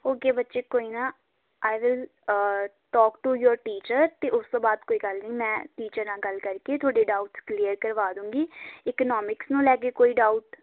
okay ਬੱਚੇ ਕੋਈ ਨਾ I will talk to your teacher ਅਤੇ ਉਸ ਤੋਂ ਬਾਅਦ ਕੋਈ ਗੱਲ ਨਹੀਂ ਮੈਂ ਟੀਚਰ ਨਾਲ ਗੱਲ ਕਰਕੇ ਤੁਹਾਡੇ ਡਾਊਟ ਕਲੀਅਰ ਕਰਵਾ ਦੂੰਗੀ ਇਕਨੋਮਿਕਸ ਨੂੰ ਲੈ ਕੇ ਕੋਈ ਡਾਊਟ